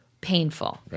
painful